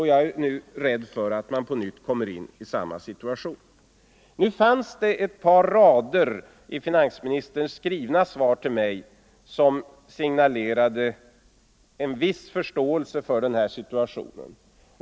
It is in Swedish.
Jag är nu rädd för att man kommer in i samma situation. Nu fanns det ett par rader i finansministerns skrivna svar till mig som signalerade en viss förståelse för den här situationen.